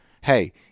Hey